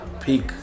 peak